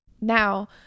now